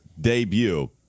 debut